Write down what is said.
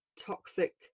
toxic